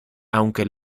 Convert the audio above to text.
aunque